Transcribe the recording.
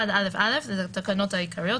תיקון תקנה 1א 2. בתקנה 1א(א) לתקנות העיקריות,